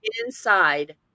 inside